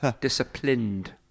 Disciplined